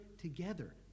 together